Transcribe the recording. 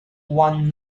won